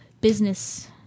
business